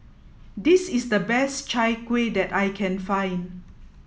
this is the best Chai Kuih that I can find